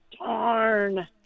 Darn